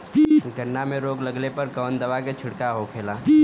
गन्ना में रोग लगले पर कवन दवा के छिड़काव होला?